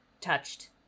touched